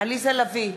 עליזה לביא,